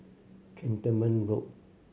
Cantonment Road